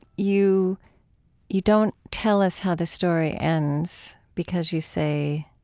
you you don't tell us how the story ends because, you say,